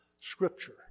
scripture